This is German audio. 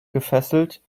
gefesselt